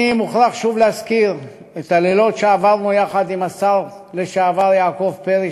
אני מוכרח שוב להזכיר את הלילות שעברנו יחד עם השר לשעבר יעקב פרי,